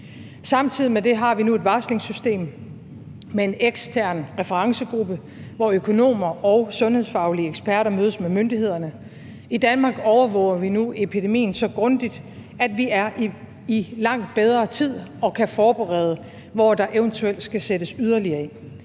Samtidig med det har vi nu et varslingssystem med en ekstern referencegruppe, hvor økonomer og sundhedsfaglige eksperter mødes med myndighederne. I Danmark overvåger vi nu epidemien så grundigt, at vi er i langt bedre tid og kan forberede, hvor der eventuelt skal sættes yderligere ind.